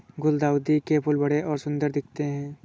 गुलदाउदी के फूल बड़े और सुंदर दिखते है